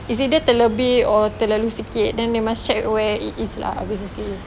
it's either terlebih or terlalu sikit then they must check where it is lah